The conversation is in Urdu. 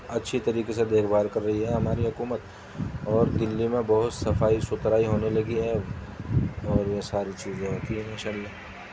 اچھی طریقے سے دیکھ بھال کر رہی ہے ہماری حکومت اور دہلی میں بہت صفائی ستھرائی ہونے لگی ہے اب اور یہ ساری چیزیں کی ہیں انشا اللہ